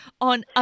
on